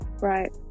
right